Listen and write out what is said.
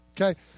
okay